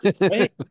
Wait